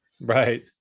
Right